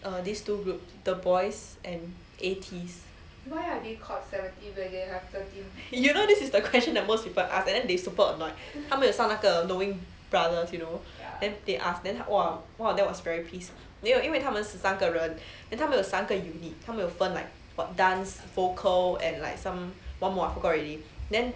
err these two groups the boys and eighties you know this is the question that most people ask whether they support or not 他们很像那个 knowing brothers you know then they ask then !wah! !wah! that was very pissed 因为他们十三个人 then 他们有三个 unit 他们有分 like what dance vocal and like some one more I forgot already then